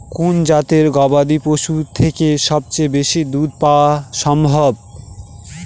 কোন জাতের গবাদী পশু থেকে সবচেয়ে বেশি দুধ পাওয়া সম্ভব?